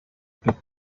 but